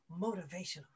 motivational